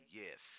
yes